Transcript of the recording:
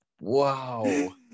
wow